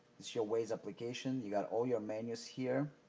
it's your waze application. you got all your menus here.